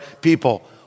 people